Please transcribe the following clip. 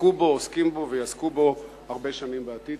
עסקו בו, עוסקים בו ויעסקו בו הרבה שנים בעתיד.